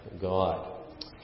God